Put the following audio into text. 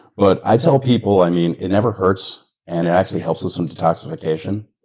but i tell people, i mean, it never hurts, and it actually helps with some detoxification,